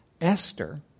Esther